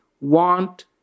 want